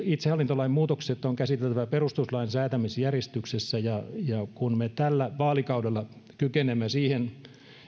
itsehallintolain muutokset on käsiteltävä perustuslain säätämisjärjestyksessä ja ja kun me tällä vaalikaudella kykenemme siihen